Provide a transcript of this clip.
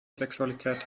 sexualität